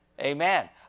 Amen